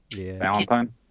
Valentine